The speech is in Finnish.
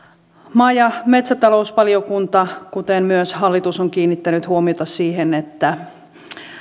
maa ja metsätalousvaliokunta kuten myös hallitus on kiinnittänyt huomiota siihen että